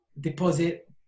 deposit